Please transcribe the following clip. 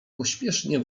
pośpiesznie